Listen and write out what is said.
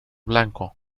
blanco